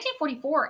1944